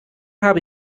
habe